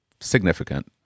significant